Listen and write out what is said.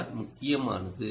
R முக்கியமானது